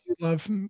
love